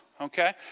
okay